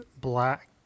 Black